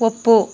ಒಪ್ಪು